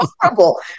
horrible